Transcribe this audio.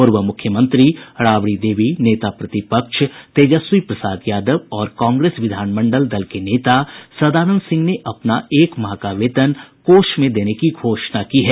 पूर्व मूख्यमंत्री राबड़ी देवी नेता प्रतिपक्ष तेजस्वी प्रसाद यादव और कांग्रेस विधान मंडल दल के नेता सदानंद सिंह ने अपना एक माह का वेतन कोष में देने की घोषणा की है